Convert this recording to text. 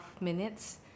minutes